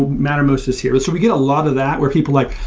mattermost is here. so we get a lot of that where people like,